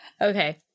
Okay